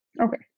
okay